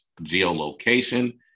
geolocation